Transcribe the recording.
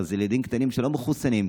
הרי זה ילדים קטנים שלא מחוסנים,